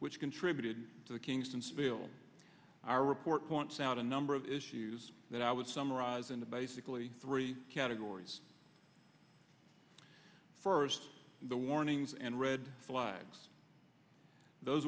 which contributed to the kingston spill our report points out a number of issues that i would summarize into basically three categories first the warnings and red flags those